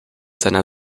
seiner